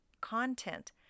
content